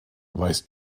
weißt